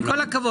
עם כל הכבוד,